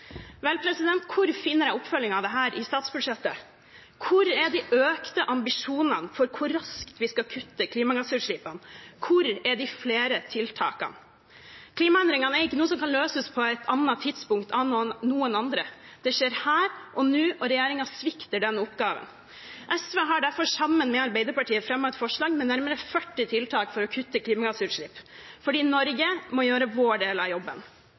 statsbudsjettet? Hvor er de økte ambisjonene for hvor raskt vi skal kutte i klimagassutslippene? Hvor er de flere tiltakene? Klimaendringene er ikke noe som kan løses på et annet tidspunkt av noen andre. Det skjer her og nå, og regjeringen svikter denne oppgaven. SV har derfor sammen med Arbeiderpartiet fremmet et forslag med nærmere 40 tiltak for å kutte klimagassutslipp fordi Norge må gjøre sin del av jobben.